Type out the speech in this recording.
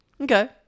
Okay